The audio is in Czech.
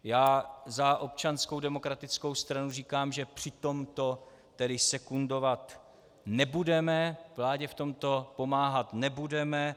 Já za Občanskou demokratickou stranu říkám, že při tomto tedy sekundovat nebudeme, vládě v tomto pomáhat nebudeme.